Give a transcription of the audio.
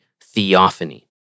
theophany